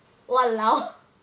!walao!